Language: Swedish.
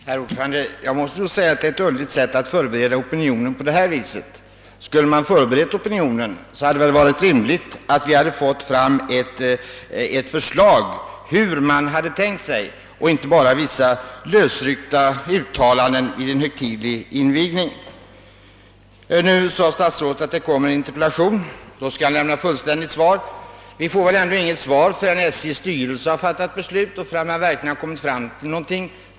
Herr talman! Jag måste säga att vad som här skett är ett underligt sätt att förbereda opinionen. Om man haft för avsikt att förbereda opinionen, hade det varit rimligare att vi hade fått framlagt ett förslag om hur man hade tänkt sig det hela och inte bara vissa lösryckta uttalanden, gjorda vid en högtidlig invigning. Statsrådet sade att han senare vid besvarandet av en interpellation kommer att lämna ett mer fullständigt besked. Men vi kan väl inte få något svar förrän SJ:s styrelse har fattat beslut och man verkligen har kommit fram till några resultat.